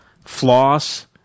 floss